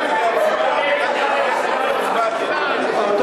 היושב-ראש, גם אני התכוונתי להצביע אבל לא הספקתי.